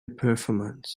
performance